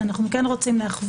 להם: